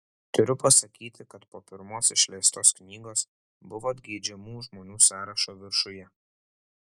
turiu pasakyti kad po pirmos išleistos knygos buvot geidžiamų žmonių sąrašo viršuje